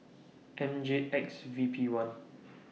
M J X V P one